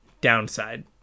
downside